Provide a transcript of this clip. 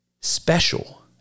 special